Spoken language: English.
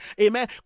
amen